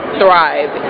thrive